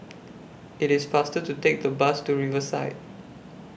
IT IS faster to Take The Bus to Riverside